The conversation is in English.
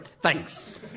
Thanks